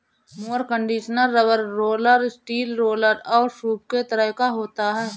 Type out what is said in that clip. mower conditioner rubber roller, steel roller और सूप के तरह का होता है